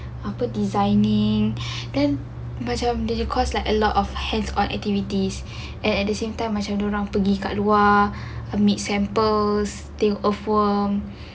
apa designing then macam the course like a lot of hands on activities and at the same time macam dia orang pergi kat luar ambil samples tengok earthworm